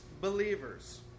believers